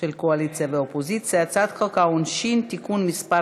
של הקואליציה והאופוזיציה: הצעת חוק העונשין (תיקון מס'